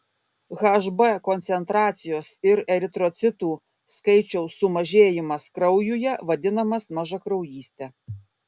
hb koncentracijos ir eritrocitų skaičiaus sumažėjimas kraujuje vadinamas mažakraujyste